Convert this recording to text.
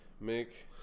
make